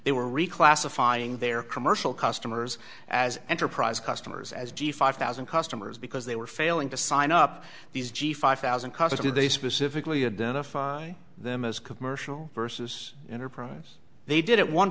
they were reclassifying their commercial customers as enterprise customers as g five thousand customers because they were failing to sign up these g five thousand cosseted they specifically had then of them as commercial versus enterprise they did at one